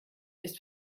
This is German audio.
ist